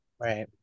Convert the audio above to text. Right